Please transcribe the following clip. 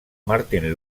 martin